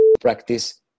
practice